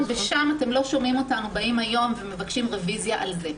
ושם אתם לא שומעים אותנו היום מבקשים רביזיה על זה.